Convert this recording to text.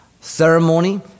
ceremony